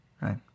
right